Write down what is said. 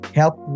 help